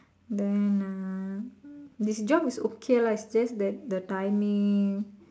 then ah this job is okay lah it's just that the timing